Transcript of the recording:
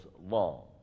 long